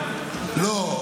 לא,